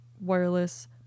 Wireless